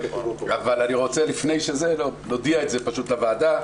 אבל אני רוצה להודיע את זה פשוט לוועדה,